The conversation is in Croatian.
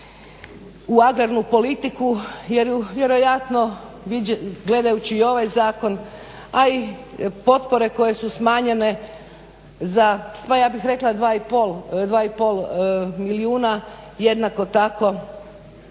u agrarnu politiku jer vjerojatno gledajući i ovaj zakon a i potpore koje su smanjene za pa ja bih rekla 2,5 milijuna jednako tako